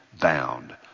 bound